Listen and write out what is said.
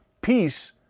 peace